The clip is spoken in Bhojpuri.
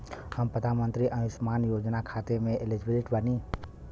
हम प्रधानमंत्री के अंशुमान योजना खाते हैं एलिजिबल बनी?